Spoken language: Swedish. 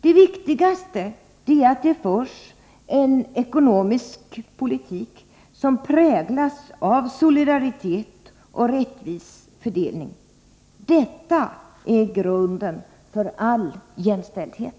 Det viktigaste är att det förs en ekonomisk politik som präglas av solidaritet och rättvis fördelning. Detta är grunden för all jämställdhet.